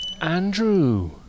Andrew